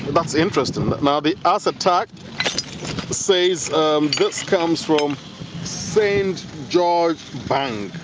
that's interesting, ah the asset tag says um this comes from st george bank.